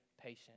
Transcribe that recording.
patient